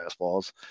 fastballs